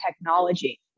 technology